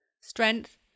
strength